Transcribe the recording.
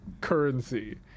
currency